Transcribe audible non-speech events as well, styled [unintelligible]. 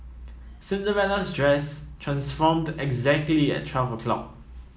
Cinderella's dress transformed exactly at [unintelligible]